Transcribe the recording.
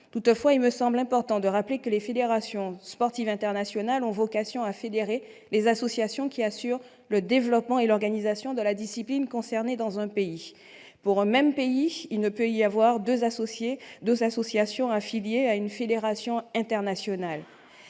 Toutefois, il me semble important de souligner que les fédérations sportives internationales ont vocation à fédérer les associations qui assurent le développement et l'organisation de la discipline concernée dans un pays. Pour un même pays, il ne peut y avoir deux associations affiliées à une fédération internationale.